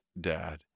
dad